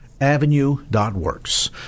Avenue.Works